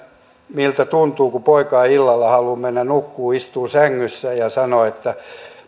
miltä tuntuu kun poika ei illalla halua mennä nukkumaan vaan istuu sängyssä ja kun